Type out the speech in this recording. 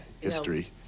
history